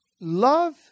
Love